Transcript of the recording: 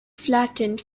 flattened